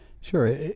Sure